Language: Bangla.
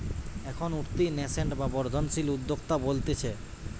এখন উঠতি ন্যাসেন্ট বা বর্ধনশীল উদ্যোক্তা বলতিছে